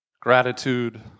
gratitude